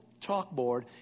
chalkboard